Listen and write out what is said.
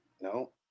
No